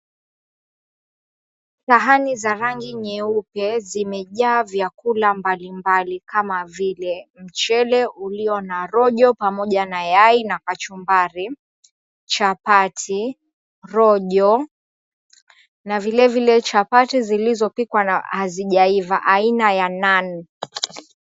Sahani za rangi nyeupe zimejaa vyakula mbalimbali kama vile mchele ulio na rojo pamoja na yai na kachumbari, chapati, rojo na vile vile chapati zilizopikwa hazijaiva aina ya nan.